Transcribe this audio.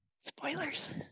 spoilers